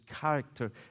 character